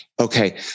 Okay